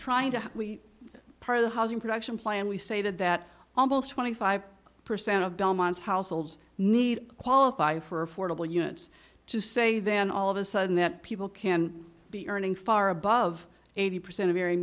trying to we part of the housing production plan we say to that almost twenty five percent of belmont's households need qualify for affordable units to say then all of a sudden that people can be earning far above eighty percent of every